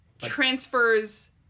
Transfers